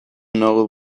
know